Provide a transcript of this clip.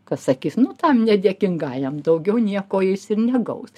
ką sakis tam nedėkingajam daugiau nieko jis ir negaus